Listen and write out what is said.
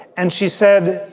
and she said,